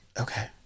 Okay